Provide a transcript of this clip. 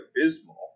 abysmal